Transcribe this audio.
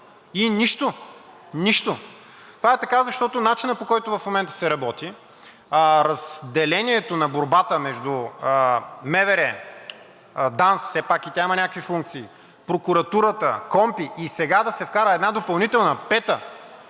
и нищо. Нищо! Това е така, защото начинът, по който в момента се работи, разделението на борбата между МВР, ДАНС – все пак и тя има някакви функции, прокуратурата, КПКОНПИ, и сега да се вкара една допълнителна пета